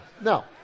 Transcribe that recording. No